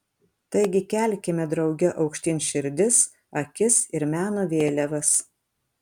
taigi kelkime drauge aukštyn širdis akis ir meno vėliavas